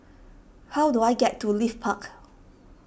how do I get to Leith Park